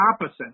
opposite